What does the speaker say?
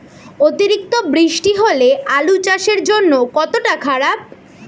অতিরিক্ত বৃষ্টি হলে আলু চাষের জন্য কতটা খারাপ?